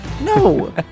No